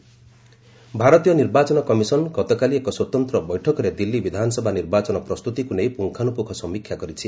ECI review ଭାରତୀୟ ନିର୍ବାଚନ commission ଗତକାଲି ଏକ ସ୍ୱତନ୍ତ୍ର ବୈଠକରେ ଦିଲ୍ଲୀ ବିଧାନସଭା ନିର୍ବାଚନ ପ୍ରସ୍ତୁତିକୁ ନେଇ ପୁଙ୍ଗାନୁପୁଙ୍ଗ ସମୀକ୍ଷା କରିଛି